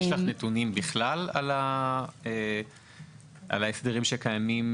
יש לך נתונים על ההסדרים שקיימים,